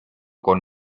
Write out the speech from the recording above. con